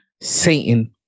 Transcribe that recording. Satan